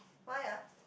why ah